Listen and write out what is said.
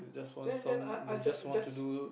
then then I I just I just